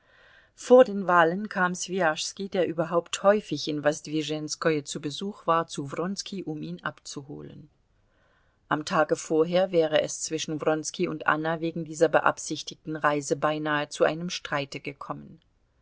vor den wahlen kam swijaschski der überhaupt häufig in wosdwischenskoje zu besuch war zu wronski um ihn abzuholen am tage vorher wäre es zwischen wronski und anna wegen dieser beabsichtigten reise beinahe zu einem streite gekommen